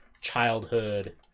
childhood